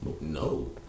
No